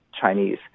Chinese